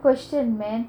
question man